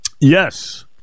Yes